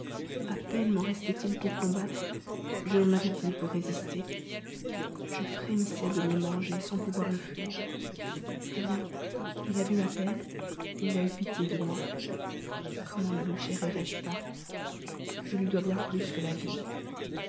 à peine m'en restait-il pour combattre je n'en avais plus pour résister je frémissais de mon danger sans pouvoir le fuir eh bien il a vu ma peine et il a eu pitié de moi comment ne le chérirais je pas je lui dois bien plus que la vie